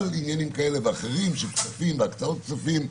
עניינים כאלה ואחרים של כספים והקצאות כספים,